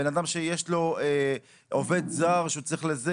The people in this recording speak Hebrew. בן אדם שיש לו עובד זר שהוא צריך זה,